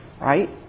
right